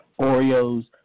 Oreos